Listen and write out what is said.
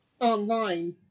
online